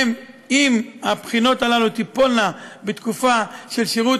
אם הבחינות האלה תיפולנה בתקופה של שירות